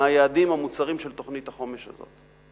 מהיעדים המוצהרים של תוכנית החומש הזאת.